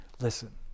listen